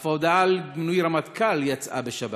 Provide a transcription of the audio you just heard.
אף הודעה על מינוי רמטכ"ל יצאה בשבת.